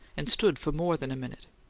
and stood for more than a minute.